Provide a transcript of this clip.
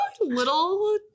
little